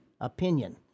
opinion